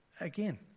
Again